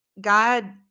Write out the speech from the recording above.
God